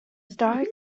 stark